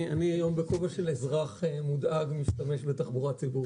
אני היום נמצא פה בכובע של אזרח מודאג שמשתמש בתחבורה ציבורית.